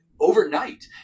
overnight